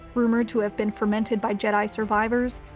rumored to have been fermented by jedi survivors,